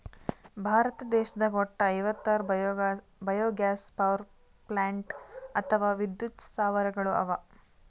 ಭಾರತ ದೇಶದಾಗ್ ವಟ್ಟ್ ಐವತ್ತಾರ್ ಬಯೊಗ್ಯಾಸ್ ಪವರ್ಪ್ಲಾಂಟ್ ಅಥವಾ ವಿದ್ಯುತ್ ಸ್ಥಾವರಗಳ್ ಅವಾ